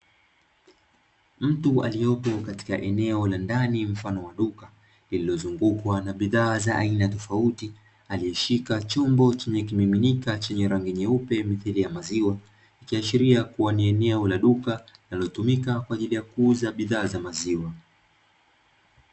Mtu aliyopo katika eneo la ndani, mfano wa duka lililozungukwa na bidhaa za aina tofauti, aliyeshika chombo chenye kimiminika chenye rangi nyeupe midhili ya maziwa, ikiashiria kuwa ni eneo la duka linalotumika kwa ajili ya kuuza bidhaa za maziwa.